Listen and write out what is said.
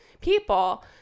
People